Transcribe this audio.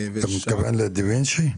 אם אני לא טועה,